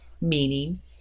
meaning